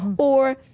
or,